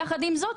יחד עם זאת,